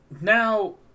now